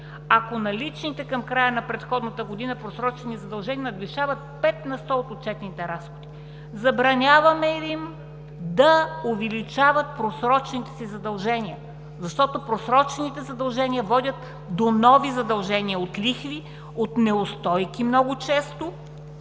ако наличните към края на предходната година просрочени задължения надвишават съответните разходи.“ Забраняваме им да увеличават просрочените си задължения, защото просрочените задължения водят до нови задължения от лихви, от неустойки много често